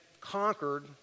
conquered